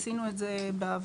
עשינו את זה בעבר,